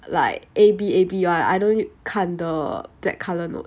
like A B A B [one] I don't 看 the black colour note